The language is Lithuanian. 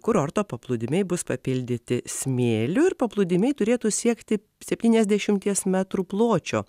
kurorto paplūdimiai bus papildyti smėliu ir paplūdimiai turėtų siekti septyniasdešimties metrų pločio